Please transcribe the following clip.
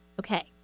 Okay